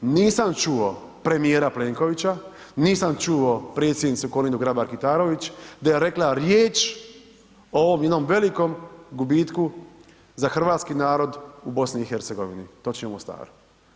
Nisam čuo premijer Plenkovića, nisam čuo predsjednicu Kolindu Grabar-Kitarović da je rekla riječ o ovom jednom velikom gubitku za hrvatski narod u BiH, točnije Mostaru.